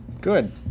good